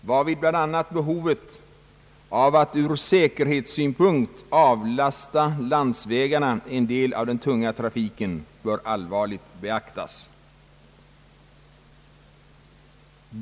varvid bl.a. behovet av att ur säkerhetssynpunkt avlasta landsvägarna en del av den tunga trafiken bör allvarligt beaktas.